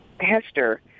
Hester